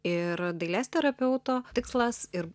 ir dailės terapeuto tikslas ir